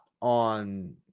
on